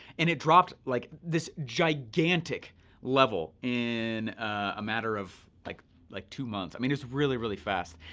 and it dropped like this gigantic level in a matter of like like two months, i mean it's really really fast.